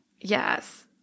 yes